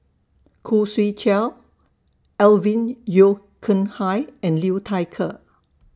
Khoo Swee Chiow Alvin Yeo Khirn Hai and Liu Thai Ker